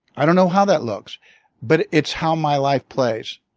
i don't know how that looks but it's how my life plays.